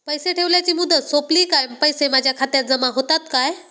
पैसे ठेवल्याची मुदत सोपली काय पैसे माझ्या खात्यात जमा होतात काय?